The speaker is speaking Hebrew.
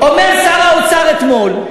אומר שר האוצר אתמול: